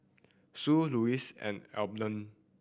Sue Lossie and Abner